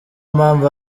mpamvu